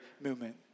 movement